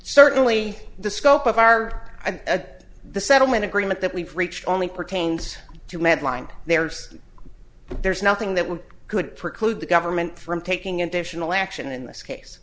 certainly the scope of our a the settlement agreement that we've reached only pertains to medline there's there's nothing that we could preclude the government from taking additional action in this case